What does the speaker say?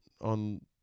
on